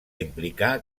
implicar